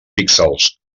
píxels